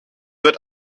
wird